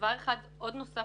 דבר נוסף